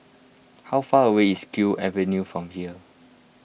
how far away is Kew Avenue from here